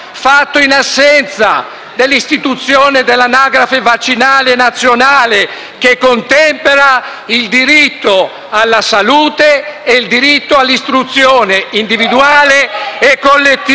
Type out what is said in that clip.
fatto in assenza dell'istituzione dell'anagrafe vaccinale nazionale, che contempera il diritto alla salute e il diritto all'istruzione individuale e collettiva.